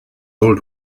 old